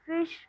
fish